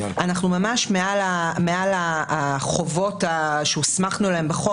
אנחנו ממש מעל החובות שהוסמכנו להם בחוק